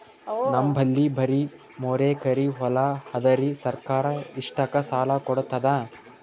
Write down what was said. ನಮ್ ಬಲ್ಲಿ ಬರಿ ಮೂರೆಕರಿ ಹೊಲಾ ಅದರಿ, ಸರ್ಕಾರ ಇಷ್ಟಕ್ಕ ಸಾಲಾ ಕೊಡತದಾ?